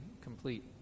complete